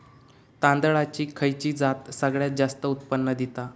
तांदळाची खयची जात सगळयात जास्त उत्पन्न दिता?